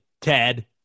Ted